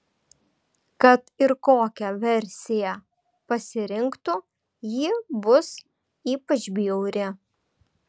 kad ir kokią versiją pasirinktų ji bus ypač bjauri